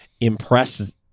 impress